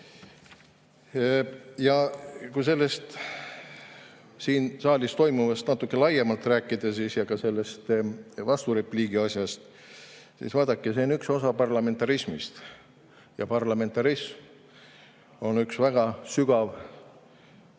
Kui siin saalis toimuvast natuke laiemalt rääkida ja sellest vasturepliigi asjast, siis vaadake, see on üks osa parlamentarismist. Ja parlamentarism on üks väga sügav